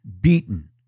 beaten